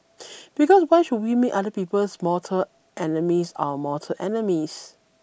because why should we make other people's mortal enemies our mortal enemies